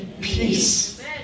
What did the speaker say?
peace